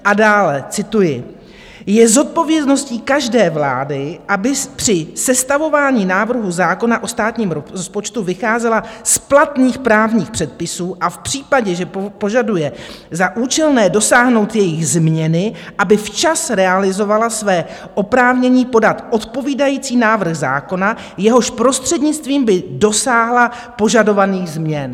A dále cituji: Je zodpovědností každé vlády, aby při sestavování návrhu zákona o státním rozpočtu vycházela z platných právních předpisů a v případě, že požaduje za účelné dosáhnout jejich změny, aby včas realizovala své oprávnění podat odpovídající návrh zákona, jehož prostřednictvím by dosáhla požadovaných změn.